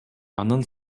анын